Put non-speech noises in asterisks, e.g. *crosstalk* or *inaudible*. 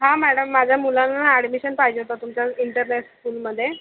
हां मॅडम माझ्या मुलाला ना ॲडमिशन पाहिजे होतं तुमच्या इंटर *unintelligible* स्कूलमध्ये